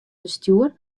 bestjoer